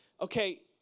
okay